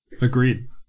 Agreed